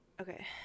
okay